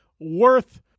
Worth